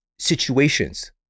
Situations